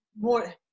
more